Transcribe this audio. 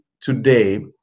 today